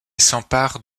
s’empare